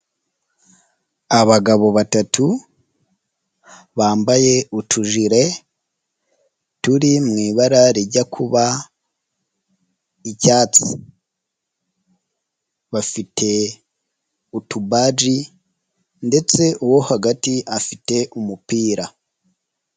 Abagabo batatu bambaye utujire turi mu ibara rijya kuba icyatsi, bafite utubaji ndetse uwo hagati afite umupira.